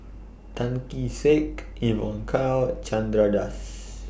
Tan Kee Sek Evon Kow Chandra Das